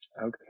Okay